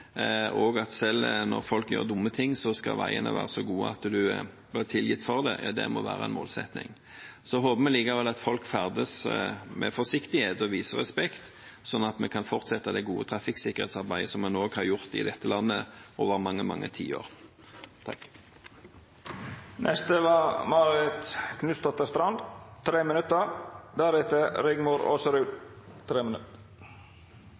at selv når folk gjør dumme ting, skal veiene være så gode at man blir tilgitt for det, må være en målsetting. Vi håper likevel at folk ferdes med forsiktighet og viser respekt, og vi skal fortsette det gode trafikksikkerhetsarbeidet – som en har gjort i dette landet over mange, mange tiår. Dei talarane som heretter får ordet, har ei taletid på inntil 3 minutt.